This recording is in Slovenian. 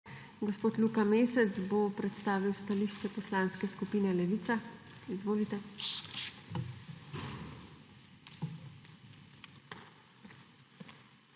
Gospod Luka Mesec bo predstavil stališče Poslanske skupine Levica. Izvolite.